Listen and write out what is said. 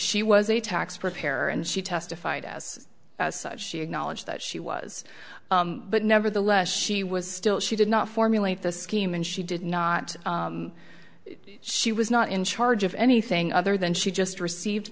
she was a tax preparer and she testified as such she acknowledged that she was but nevertheless she was still she did not formulate the scheme and she did not she was not in charge of anything other than she just received